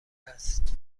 است